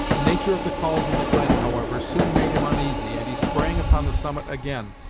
the nature of the calls in the glen, however, soon made him uneasy, and he sprang upon the summit again,